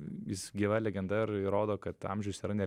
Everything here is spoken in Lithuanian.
jis gyva legenda ir įrodo kad amžius yra ne